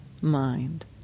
mind